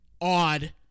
odd